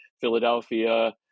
Philadelphia